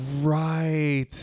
right